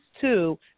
two